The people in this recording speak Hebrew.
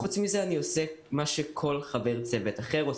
חוץ מזה, אני עושה מה שכל חבר צוות אחר עושה.